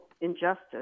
injustice